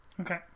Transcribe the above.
Okay